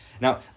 Now